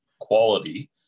quality